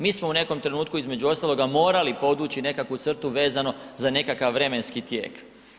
Mi smo u nekom trenutku između ostaloga morali podvući nekakvu crtu vezano za nekakav vremenski tijek.